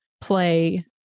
play